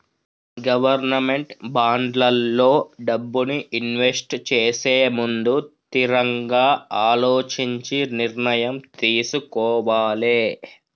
government బాండ్లల్లో డబ్బుని invest చేసేముందు తిరంగా అలోచించి నిర్ణయం తీసుకోవాలే